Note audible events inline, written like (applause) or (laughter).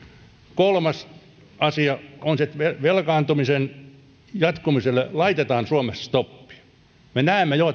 kolmas asia on se että velkaantumisen jatkumiselle laitetaan suomessa stoppi me näemme jo (unintelligible)